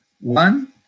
One